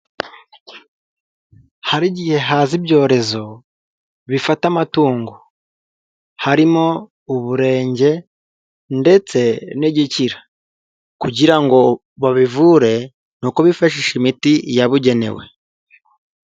Hari igihe haza ibyorezo bifata amatungo, harimo uburenge ndetse n'igikira, kugira ngo babivure ni uko bifashisha imiti yabugenewe.